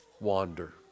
wander